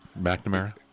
McNamara